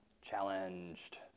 Challenged